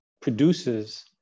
produces